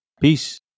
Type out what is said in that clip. Peace